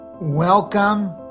Welcome